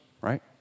right